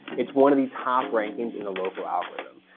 it's one of the top rankings in the local algorithm.